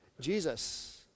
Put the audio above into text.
Jesus